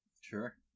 Sure